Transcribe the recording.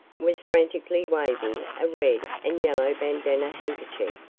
was frantically waving a red and yellow bandanna handkerchief.